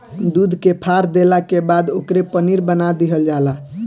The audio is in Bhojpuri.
दूध के फार देला के बाद ओकरे पनीर बना दीहल जला